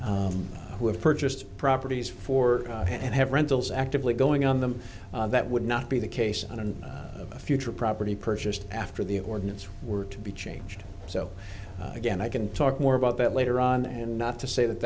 who have purchased properties for and have rentals actively going on them that would not be the case and in a future property purchased after the ordinance were to be changed so again i can talk more about that later on and not to say that